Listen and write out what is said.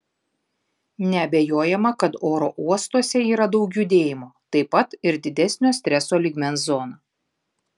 neabejojama kad oro uostuose yra daug judėjimo taip pat ir didesnio streso lygmens zona